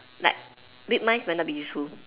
like read minds might not be useful